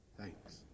Thanks